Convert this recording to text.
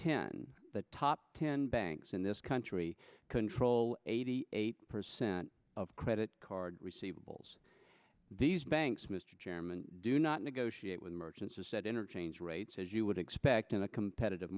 ten the top ten banks in this country control eighty eight percent of credit card receivables these banks mr chairman do not negotiate with merchants to set interchange rates as you would expect in a competitive